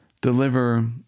deliver